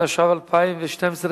התשע"ב 2012,